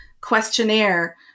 questionnaire